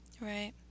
Right